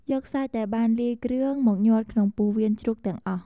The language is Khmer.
យកសាច់ដែលបានលាយគ្រឿង មកញាត់ក្នុងពោះវៀនជ្រូកទាំងអស់។